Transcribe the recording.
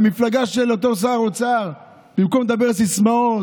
מהמפלגה של אותו שר אוצר: במקום לדבר סיסמאות.